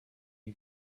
you